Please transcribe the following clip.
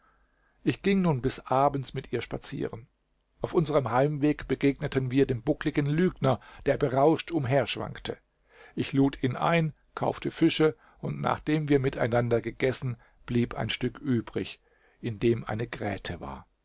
ich ging nun bis abends mit ihr spazieren auf unserem heimweg begegneten wir dem buckligen lügner der berauscht umherschwankte ich lud ihn ein kaufte fische und nachdem wir miteinander gegessen blieb ein stück übrig in dem eine gräte war